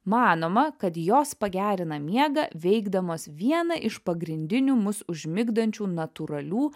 manoma kad jos pagerina miegą veikdamos vieną iš pagrindinių mus užmigdančių natūralių